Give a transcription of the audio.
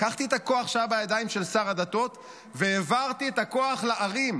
לקחתי את הכוח שהיה בידיים של שר הדתות והעברתי את הכוח לערים.